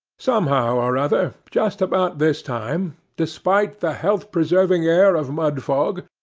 somehow or other, just about this time, despite the health preserving air of mudfog,